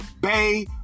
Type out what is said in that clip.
Bay